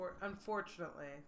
unfortunately